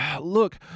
Look